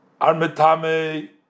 Armetame